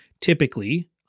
typically